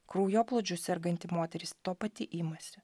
kraujoplūdžiu serganti moteris to pati imasi